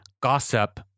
gossip